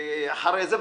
לכם,